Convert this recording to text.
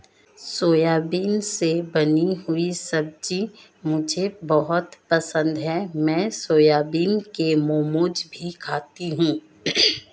soybean से बनी हुई सब्जी मुझे बहुत पसंद है मैं सोयाबीन के मोमोज भी खाती हूं